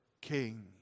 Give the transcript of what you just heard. King